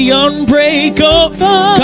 unbreakable